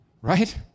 Right